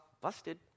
busted